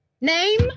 Name